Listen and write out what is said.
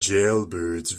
jailbirds